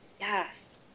Yes